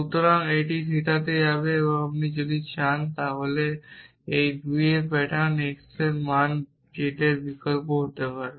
সুতরাং এটি থিটাতে যাবে তাই আপনি যদি চান তাহলে এই 2টি প্যাটার্ন x এর মান z এর বিকল্প হতে পারে